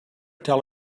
tell